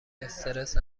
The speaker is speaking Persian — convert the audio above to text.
استرس